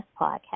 podcast